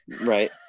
Right